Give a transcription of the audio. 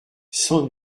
sans